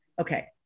okay